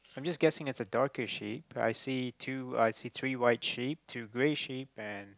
I'm just guessing it's a darker sheep but I see two I see three white sheep two grey sheep and